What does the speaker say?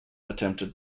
attempted